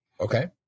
Okay